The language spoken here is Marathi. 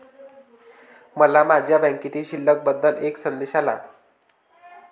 मला माझ्या बँकेतील शिल्लक बद्दल एक संदेश आला